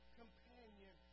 companion